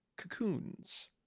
cocoons